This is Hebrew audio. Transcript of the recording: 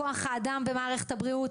כוח האדם במערכת הבריאות,